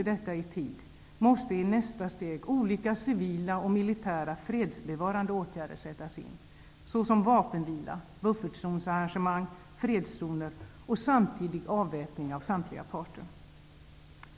Om detta inte lyckas i tid måste man i nästa steg sätta in olika civila och militära fredsbevaranda åtgärder, såsom vapenvila, buffertzonarrangemang, fredszoner och samtidig avväpning av samtliga parter.